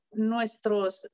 nuestros